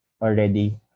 already